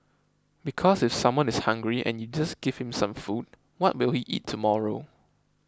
because if someone is hungry and you just give him some food what will he eat tomorrow